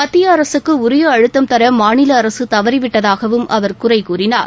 மத்திய அரசுக்கு உரிய அழுத்தம்தர மாநில அரசு தவறிவிட்டதாகவும் அவர் குறை கூறினார்